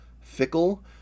fickle